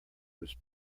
was